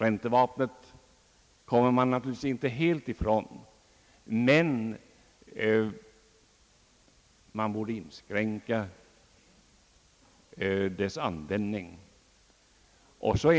Räntevapnet kan man naturligtvis inte helt undvara, men man borde inskränka dess användning.